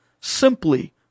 simply